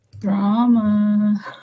Drama